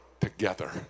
together